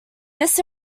this